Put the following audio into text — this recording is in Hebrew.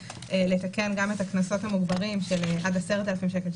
לתקן גם את הקנסות המוגברים של עד 10,000 שקל,